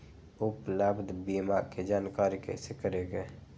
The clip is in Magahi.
उपलब्ध बीमा के जानकारी कैसे करेगे?